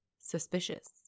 suspicious